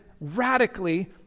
radically